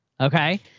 okay